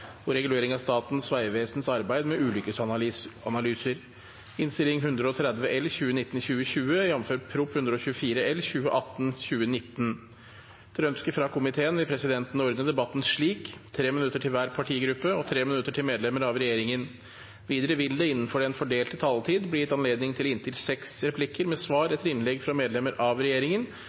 og omsorgskomiteen vil presidenten ordne debatten slik: 3 minutter til hver partigruppe og 3 minutter til medlemmer av regjeringen. Videre vil det – innenfor den fordelte taletid – bli gitt anledning til inntil seks replikker med svar etter innlegg fra medlemmer av regjeringen,